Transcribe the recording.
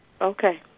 Okay